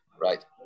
Right